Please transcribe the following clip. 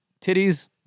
titties